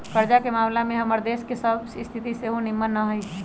कर्जा के ममला में हमर सभ के देश के स्थिति सेहो निम्मन न हइ